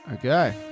Okay